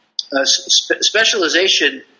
specialization